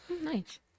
Nice